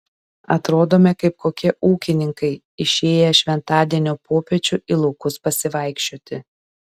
atrodome kaip kokie ūkininkai išėję šventadienio popiečiu į laukus pasivaikščioti